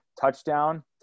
touchdown